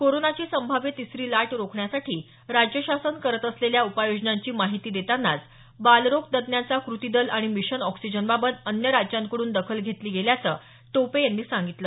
कोरोनाची संभाव्य तिसरी लाट रोखण्यासाठी राज्य शासन करत असलेल्या उपाययोजनांची माहिती देतानाच बालरोग तज्ञांचा क्रती दल आणि मिशन ऑक्सिजन बाबत अन्य राज्यांकडून दखल घेतली गेल्याचं टोपे यांनी सांगितलं